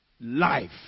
life